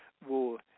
wo